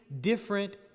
different